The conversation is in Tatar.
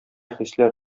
хисләр